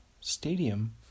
stadium